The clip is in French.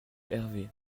herve